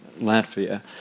Latvia